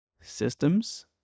systems